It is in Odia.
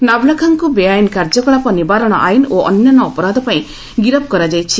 ନାଭଲାଖାଙ୍କ ବେଆଇନ୍ କାର୍ଯ୍ୟକଳାପ ନିବାରଣ ଆଇନ୍ ଓ ଅନ୍ୟାନ୍ୟ ଅପରାଧ ପାଇଁ ଗିରଫ୍ କରାଯାଇଛି